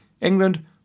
England